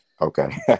Okay